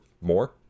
more